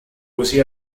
così